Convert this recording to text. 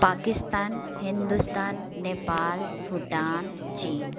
पाकिस्तान हिन्दुस्तान नेपाल भूटान चीन